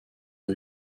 der